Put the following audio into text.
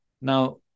Now